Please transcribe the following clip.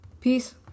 Peace